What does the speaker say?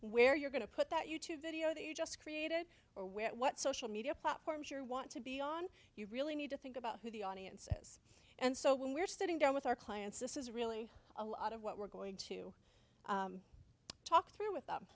where you're going to put that you tube video that you just created or where what social media platforms your want to be on you really need to think about who the audience is and so when we're sitting down with our clients this is really a lot of what we're going to talk through with them